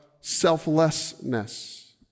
selflessness